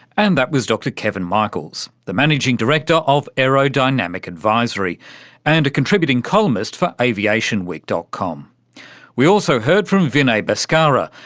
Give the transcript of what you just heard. and that was dr kevin michaels, the managing director of aerodynamic advisory and a contributing columnist for aviationweek. com. we also heard from vinay bashkara,